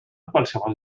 qualsevol